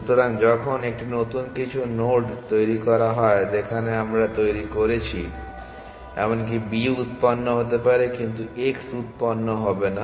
সুতরাং যখন একটি কিছু নতুন নোড তৈরি করা হয় যেখানে আমরা তৈরি করেছি এমনকি b উৎপন্ন হতে পারে কিন্তু x উৎপন্ন হবে না